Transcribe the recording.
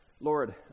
Lord